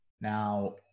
Now